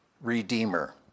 redeemer